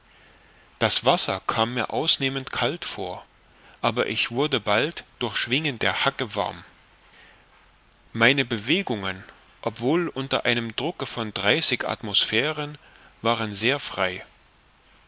das wasser kam mir ausnehmend kalt vor aber ich wurde bald durch schwingen der hacke warm meine bewegungen obwohl unter einem drucke von dreißig atmosphären waren sehr frei